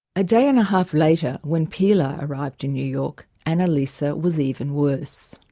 a day and a half later when pilar arrived in new york annalisa was even worse.